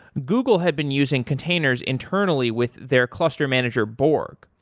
google had been using containers internally with their cluster manager borg.